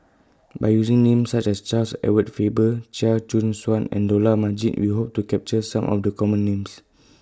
By using Names such as Charles Edward Faber Chia Choo Suan and Dollah Majid We Hope to capture Some of The Common Names